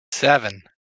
Seven